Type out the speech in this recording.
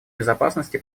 безопасности